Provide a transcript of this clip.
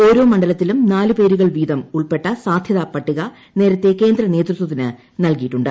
ഓരോ മണ്ഡലത്തിലും നാല് പേരുകൾ വീതം ഉൾപ്പെട്ട സാധ്യതാ പട്ടിക നേരത്തെ കേന്ദ്ര നേതൃത്വത്തിന് നൽകിയിട്ടുണ്ട്